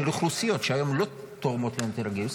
שהיום לא תורמות לנטל הגיוס.